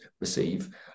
receive